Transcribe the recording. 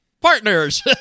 Partners